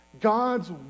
God's